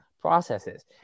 processes